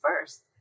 first